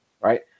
right